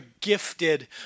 gifted